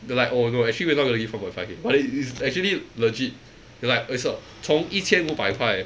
they like oh no actually we're not going to give four point five K but it is actually legit like it's uh 从一千五百块